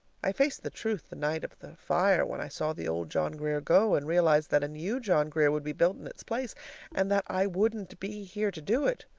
i faced the truth the night of the fire when i saw the old john grier go, and realized that a new john grier would be built in its place and that i wouldn't be here to do it.